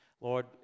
Lord